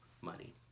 money